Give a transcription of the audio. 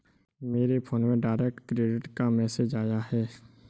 मेरे फोन में direct credit का मैसेज आया है